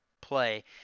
play